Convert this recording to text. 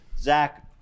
Zach